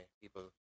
people